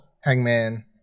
Hangman